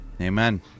Amen